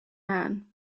man